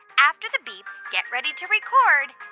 after the beep, get ready to record